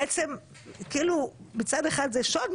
אז כאילו מצד אחד זה שוד,